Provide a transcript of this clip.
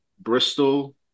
Bristol